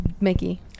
Mickey